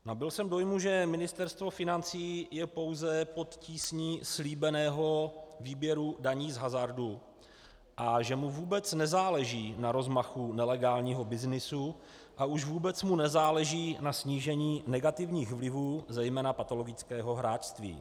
Nabyl jsem dojmu, že Ministerstvo financí je pouze pod tísní slíbeného výběru daní z hazardu a že mu vůbec nezáleží na rozmachu nelegálního byznysu a už vůbec mu nezáleží na snížení negativních vlivů, zejména patologického hráčství.